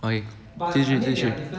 like 继续继续